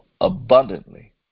abundantly